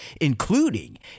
including